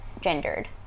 gendered